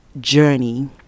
journey